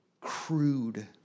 crude